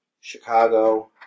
Chicago